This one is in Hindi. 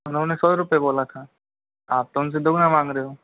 उन्होंने सौ रुपये बोला था आप तो उनसे दुगना मांग रहे हो